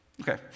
Okay